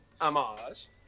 homage